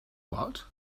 what